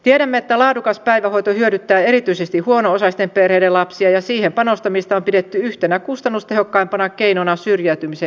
tiedämme että laadukas päivähoito hyödyttää erityisesti huono osaisten perheiden lapsia ja siihen panostamista on pidetty yhtenä kustannustehokkaimpana keinona syrjäytymisen ehkäisemisessä